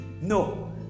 no